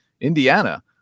Indiana